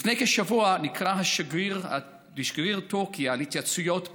לפני כשבוע נקרא שגריר טורקיה להתייעצויות באנקרה,